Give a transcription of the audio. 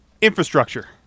Infrastructure